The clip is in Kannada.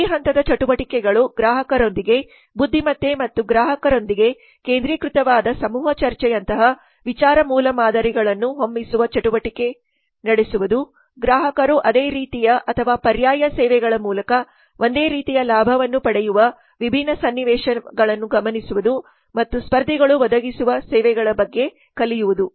ಈ ಹಂತದ ಚಟುವಟಿಕೆಗಳು ಗ್ರಾಹಕರೊಂದಿಗೆ ಬುದ್ದಿಮತ್ತೆ ಮತ್ತು ಗ್ರಾಹಕರೊಂದಿಗೆ ಕೇಂದ್ರೀಕೃತವಾದ ಸಮೂಹ ಚರ್ಚೆಯಂತಹ ವಿಚಾರ ಮೂಲ ಮಾದರಿಗಳನ್ನು ಹೊಮ್ಮಿಸುವ ಚಟುವಟಿಕೆ ನಡೆಸುವುದು ಗ್ರಾಹಕರು ಅದೇ ರೀತಿಯ ಅಥವಾ ಪರ್ಯಾಯ ಸೇವೆಗಳ ಮೂಲಕ ಒಂದೇ ರೀತಿಯ ಲಾಭವನ್ನು ಪಡೆಯುವ ವಿಭಿನ್ನ ಸನ್ನಿವೇಶಗಳನ್ನು ಗಮನಿಸುವುದು ಮತ್ತು ಸ್ಪರ್ಧಿಗಳು ಒದಗಿಸುವ ಸೇವೆಗಳ ಬಗ್ಗೆ ಕಲಿಯುವುದು